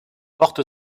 porte